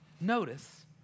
Notice